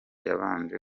yabanje